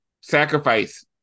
Sacrifice